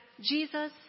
Jesus